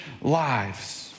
lives